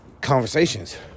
conversations